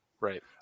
right